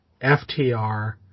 FTR